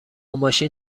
ماشین